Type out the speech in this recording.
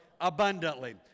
abundantly